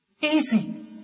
easy